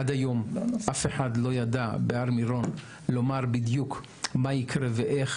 עד היום אף אחד לא ידע בהר מירון לומר בדיוק מה יקרה ואיך.